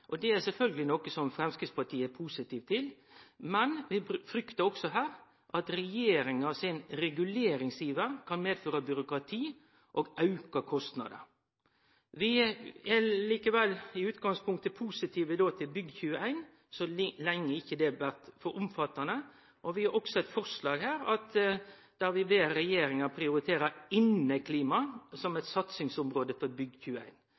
Det er sjølvsagt noko som Framstegspartiet er positiv til, men vi fryktar òg her at regjeringa sin reguleringsiver kan medføre byråkrati og auka kostnadar. Vi er likevel i utgangspunktet positive til Bygg21, så lenge det ikkje blir for omfattande. Vi har òg eit forslag her der vi ber regjeringa prioritere inneklima som